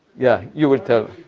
yeah, you will tell.